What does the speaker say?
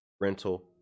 rental